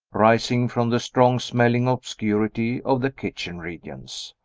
rising from the strong-smelling obscurity of the kitchen regions.